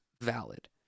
valid